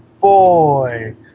boy